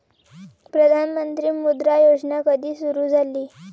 प्रधानमंत्री मुद्रा योजना कधी सुरू झाली?